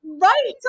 right